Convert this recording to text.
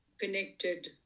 connected